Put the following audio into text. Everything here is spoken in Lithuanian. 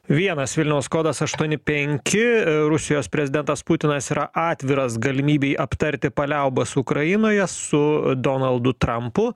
vienas vilniaus kodas aštuoni penki rusijos prezidentas putinas yra atviras galimybei aptarti paliaubas ukrainoje su donaldu trampu